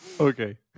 Okay